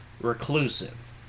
reclusive